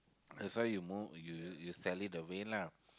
that's why you more you you sell it away lah